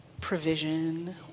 Provision